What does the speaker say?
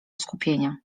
skupienia